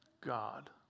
God